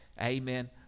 Amen